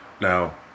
Now